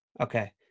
okay